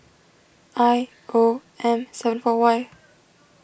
I O M seven four Y